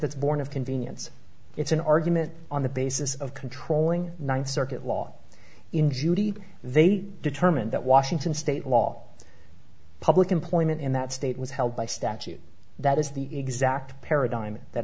that's born of convenience it's an argument on the basis of controlling ninth circuit law in judy they determined that washington state law public employment in that state was held by statute that is the exact paradigm that